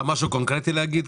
יש לך משהו קונקרטי להגיד?